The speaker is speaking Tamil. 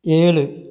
ஏழு